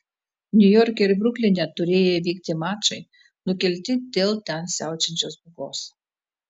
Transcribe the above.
niujorke ir brukline turėję vykti mačai nukelti dėl ten siaučiančios pūgos